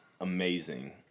amazing